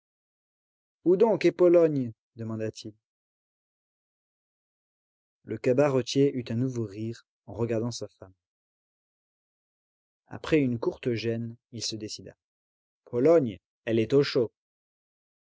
où donc est pologne demanda-t-il le cabaretier eut un nouveau rire en regardant sa femme après une courte gêne il se décida pologne elle est au chaud